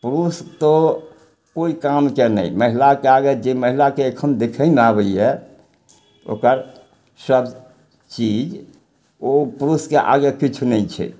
पुरुष तो कोइ कामके नहि महिलाके आगे जे महिलाके एखन देखयमे आबइए ओकर सब चीज ओ पुरुषके आगे किछु नहि छै